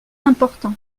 important